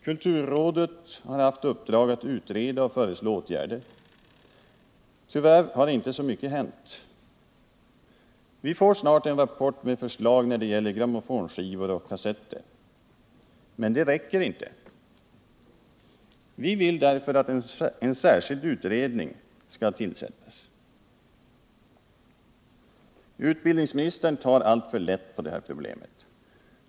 Kulturrådet har haft i uppdrag att utreda och föreslå åtgärder. Tyvärr har inte så mycket hänt. Vi får snart en rapport med förslag när det gäller grammofonskivor och kassetter. Men det räcker inte. Vi vill därför att en särskild utredning skall tillsättas. Utbildningsministern tar alltför lätt på det här problemet.